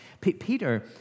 Peter